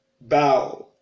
bow